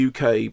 UK